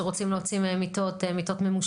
שרוצים להוציא מהם מיטות ממושכות,